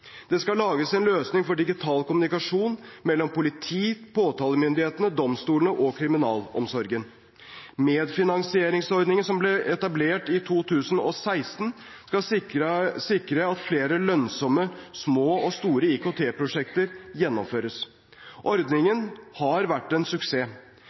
Det skal lages en løsning for digital kommunikasjon mellom politiet, påtalemyndighetene, domstolene og kriminalomsorgen. Medfinansieringsordningen ble etablert i 2016 og skal sikre at flere lønnsomme små og store IKT-prosjekter gjennomføres. Ordningen har vært en suksess.